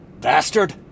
bastard